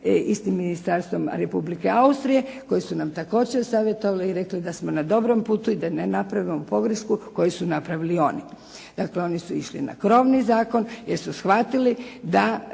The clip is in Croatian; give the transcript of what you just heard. istim ministarstvom Republike Austrije koji su nam također savjetovali i rekli da smo na dobrom putu i da ne napravimo pogrešku koju su napravili oni. Dakle, oni su išli na krovni zakon, jer su shvatili da